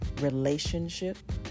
relationship